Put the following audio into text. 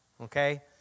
okay